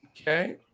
Okay